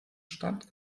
stand